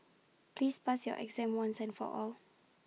please pass your exam once and for all